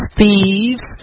thieves